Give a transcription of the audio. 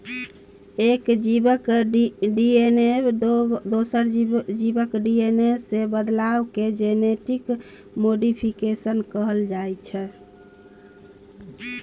एक जीबक डी.एन.ए दोसर जीबक डी.एन.ए सँ बदलला केँ जेनेटिक मोडीफिकेशन कहल जाइ छै